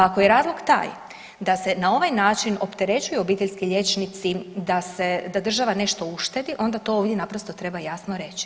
Pa ako je razlog da se na ovaj način opterećuju obiteljski liječnici da država nešto uštedi onda to ovdje naprosto treba jasno reći.